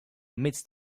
midst